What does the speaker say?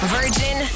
Virgin